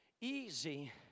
easy